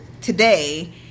today